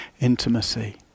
intimacy